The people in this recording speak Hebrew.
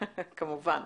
כמובן.